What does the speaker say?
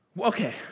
Okay